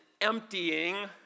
emptying